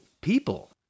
people